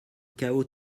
chaos